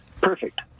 perfect